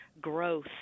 growth